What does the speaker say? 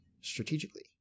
strategically